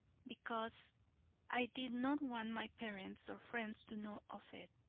because i did not want my parents or friends to know of it.